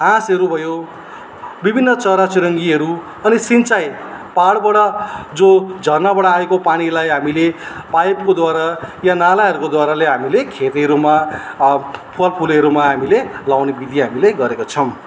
हाँसहरू भयो विभिन्न चरा चुरुङ्गीहरू अनि सिँचाइ पाहाडबाट जो झर्नाबाट आएको पानीलाई हामीले पाइपकोद्वारा या नालाहरूको द्वाराले हामीले खेतीहरूमा फलफुलहरूमा हामीले लाउने विधि हामीले गरेका छौँ